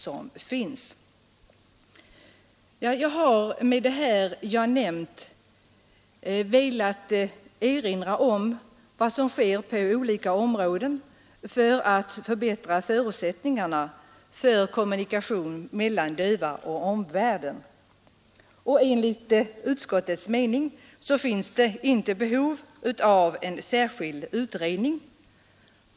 Med vad jag här anfört har jag velat erinra om vad som sker på olika områden för att förbättra förutsättningarna för kommunikation mellan döva och omvärlden. Enligt utskottets mening finns det inget behov av en särskild utredning i detta fall.